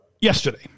Yesterday